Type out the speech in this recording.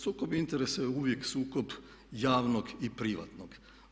Sukob interesa je uvijek sukob javnog i privatnog.